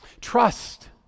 Trust